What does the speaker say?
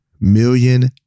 million